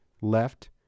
left